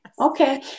Okay